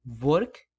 work